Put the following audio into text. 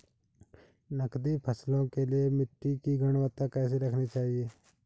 नकदी फसलों के लिए मिट्टी की गुणवत्ता कैसी रखनी चाहिए?